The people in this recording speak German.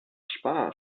spaß